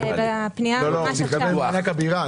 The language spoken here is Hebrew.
הוא מתכוון למענק הבירה.